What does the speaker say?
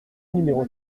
numéro